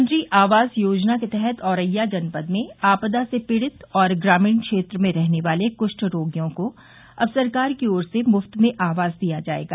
मुख्यमंत्री आवास योजना के तहत औरेया जनपद में आपदा से पीड़ित व ग्रामीण क्षेत्र में रहने वाले कुष्ट रोगियों को अब सरकार की ओर से मुफ्त में आवास दिया जाएगा